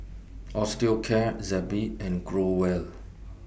Osteocare Zappy and Growell